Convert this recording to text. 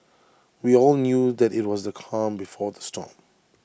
we all knew that IT was the calm before the storm